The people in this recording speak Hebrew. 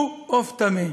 הוא עוף טמא.